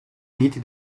uniti